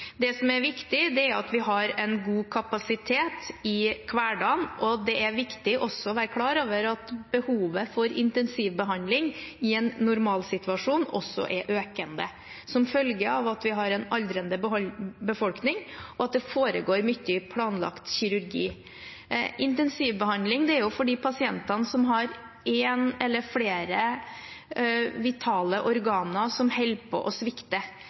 Det som er viktig, er at vi har en god kapasitet i hverdagen. Det er viktig også å være klar over at behovet for intensivbehandling også i en normalsituasjon er økende, som følge av at vi har en aldrende befolkning, og at det foregår mye planlagt kirurgi. Intensivbehandling er for de pasientene som har én eller flere vitale organer som holder på å svikte.